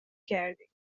کردی